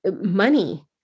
money